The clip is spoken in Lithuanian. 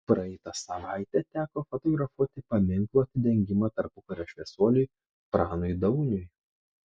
praeitą savaitę teko fotografuoti paminklo atidengimą tarpukario šviesuoliui pranui dauniui